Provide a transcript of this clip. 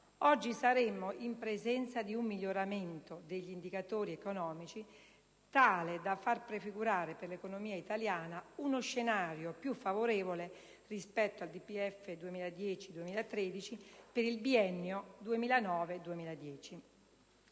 oggi saremmo in presenza di un miglioramento degli indicatori economici tale da far prefigurare per l'economia italiana uno scenario più favorevole rispetto al DPEF 2010-2013 per il biennio 2009-2010.